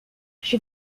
she